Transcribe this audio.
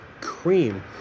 cream